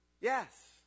Yes